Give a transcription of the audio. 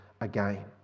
again